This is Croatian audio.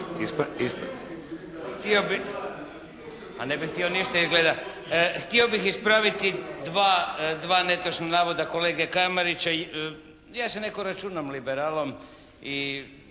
Nikola (HNS)** Htio bi, a ne bi htio ništa izgleda. Htio bi ispraviti dva netočna navoda kolege Kramarića. Ja se u neku ruku računam liberalom i